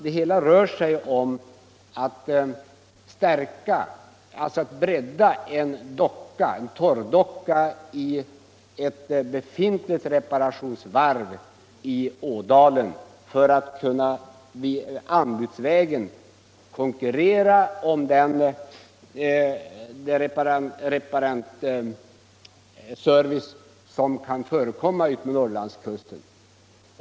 Det hela rör sig om att bredda en torrdocka i ett befintligt reparationsvarv i Ådalen för att anbudsvägen kunna konkurrera om den reparationsservice som kan förekomma utmed Norrlandskusten.